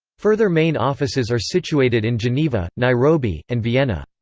further main offices are situated in geneva, nairobi, and vienna.